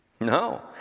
no